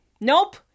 Nope